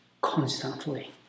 constantly